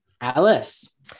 alice